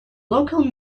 local